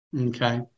Okay